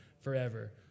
forever